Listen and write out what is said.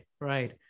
right